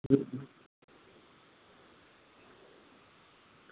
હ હ